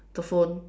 the phone